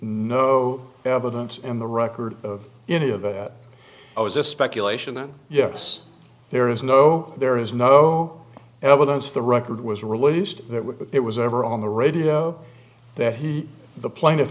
no evidence in the record of any of i was just speculation and yes there is no there is no evidence the record was released that it was ever on the radio that he the pla